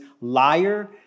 liar